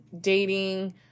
dating